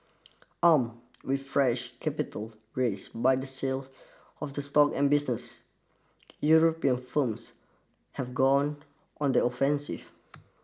armed with fresh capital raisde by the sale of the stock and business European firms have gone on the offensive